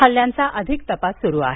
हल्ल्यांचा अधिक तपास सुरु आहे